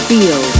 Feel